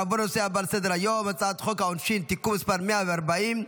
נעבור לנושא הבא על סדר-היום: הצעת חוק העונשין (תיקון מס' 140,